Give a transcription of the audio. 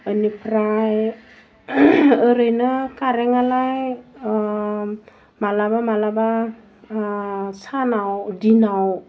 इनिफ्राइ ओरैनो कारेन्टनालाय ओह मालाबा मालाबा ओह सानाव दिनाव